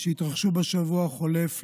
שהתרחשו בשבוע החולף.